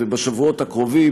ובשבועות הקרובים,